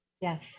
Yes